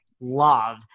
love